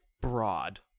broad